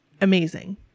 amazing